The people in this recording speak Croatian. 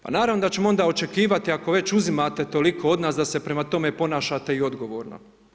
Pa naravno da ćemo onda očekivati ako već uzimate toliko od nas da se prema tome ponašate i odgovorno.